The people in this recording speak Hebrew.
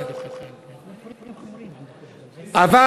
אבל,